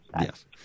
Yes